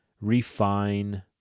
refine